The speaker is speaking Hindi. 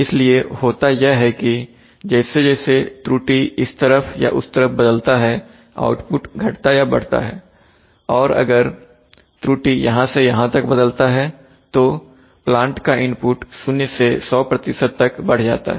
इसलिए होता यह है कि जैसे जैसे त्रुटि इस तरफ या उस तरफ बदलता है आउटपुट घटता है या बढ़ता है और अगर त्रुटि यहां से यहां तक बदलता है तो प्लांट का इनपुट 0 से 100 तक बढ़ जाता है